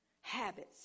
habits